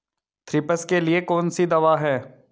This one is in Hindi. थ्रिप्स के लिए कौन सी दवा है?